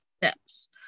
steps